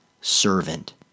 servant